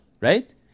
right